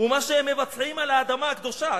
"ומה שהם מבצעים על האדמה הקדושה",